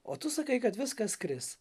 o tu sakai kad viskas kris